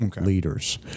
leaders